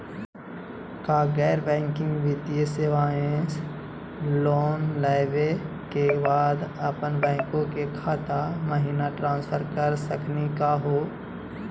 का गैर बैंकिंग वित्तीय सेवाएं स लोन लेवै के बाद अपन बैंको के खाता महिना ट्रांसफर कर सकनी का हो?